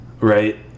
Right